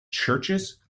churches